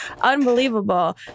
unbelievable